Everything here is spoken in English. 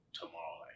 tomorrow